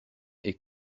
est